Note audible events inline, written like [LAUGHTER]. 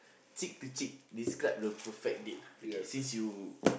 [BREATH] cheek to cheek describe the perfect date okay since you